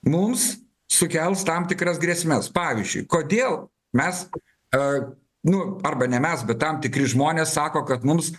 mums sukels tam tikras grėsmes pavyzdžiui kodėl mes a nu arba ne mes bet tam tikri žmonės sako kad mums